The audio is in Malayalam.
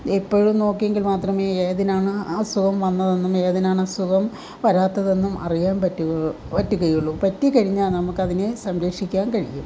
എപ്പോഴും നോക്കിയെങ്കിൽ മാത്രമേ ഏതിനാണ് അസുഖം വന്നതെന്നും ഏതിനാണ് അസുഖം വരാത്തതെന്നും അറിയാൻ പറ്റുകയുള്ളൂ പറ്റുകയുള്ളൂ പറ്റിക്കഴിഞ്ഞാൽ നമുക്ക് അതിനെ സംരക്ഷിക്കാൻ കഴിയൂ